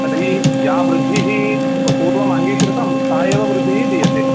तर्हि या वृद्धिः पूर्वम् अङ्गीकृतं सा एव वृद्धिः दीयते